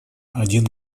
один